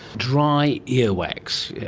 dry earwax? yeah